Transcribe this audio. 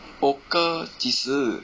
poker 几时